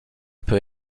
peut